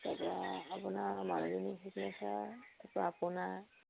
তাৰপৰা আপোনাৰ মানুহজনীৰ ছিগনেচাৰ তাৰপৰা আপোনাৰ